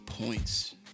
points